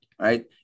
right